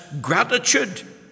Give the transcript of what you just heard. gratitude